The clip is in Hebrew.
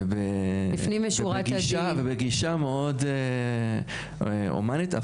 ובגישה מאוד הומנית,